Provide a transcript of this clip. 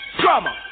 Drama